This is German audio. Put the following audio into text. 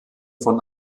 von